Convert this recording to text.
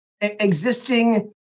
existing